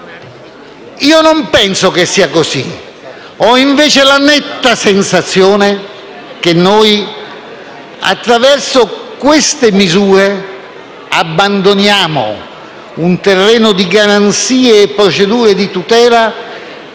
Io non penso che sia così; ho invece la netta sensazione che, attraverso queste misure, abbandoniamo un terreno di garanzie e procedure di tutela